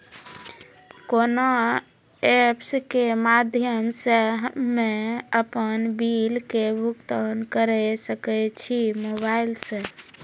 कोना ऐप्स के माध्यम से हम्मे अपन बिल के भुगतान करऽ सके छी मोबाइल से?